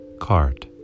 cart